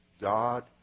God